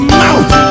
mouth